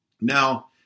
Now